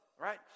Right